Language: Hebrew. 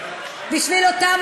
בבגדאד?